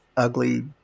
Ugly